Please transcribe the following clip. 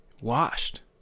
washed